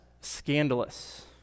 scandalous